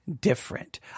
different